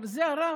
אמר: זה הרב?